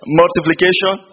multiplication